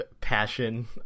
passion